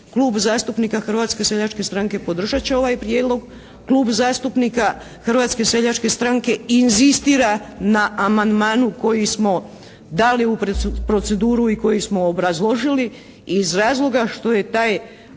Klub zastupnika Hrvatske seljačke stranke podržat će ovaj prijedlog, Klub zastupnika Hrvatske seljačke stranke inzistira na amandmanu koji smo dali u proceduru i koji smo obrazložili iz razloga što je taj